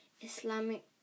Islamic